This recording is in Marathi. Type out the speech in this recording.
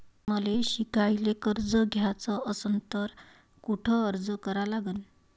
मले शिकायले कर्ज घ्याच असन तर कुठ अर्ज करा लागन?